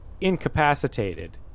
incapacitated